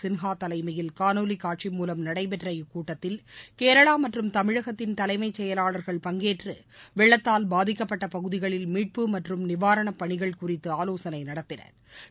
சின்ஹா தலைமையில் காணொலி காட்சி மூலம் நடைபெற்ற இக்கூட்டத்தில் கேரளா மற்றும் தமிழகத்தின் தலைமை செயலாளர்கள் பங்கேற்று வெள்ளத்தால் பாதிக்கப்பட்ட பகுதிகளில் மீட்புப் மற்றும் நிவாரணப் பணிகள் குறித்து ஆலோசனை நடத்தினா்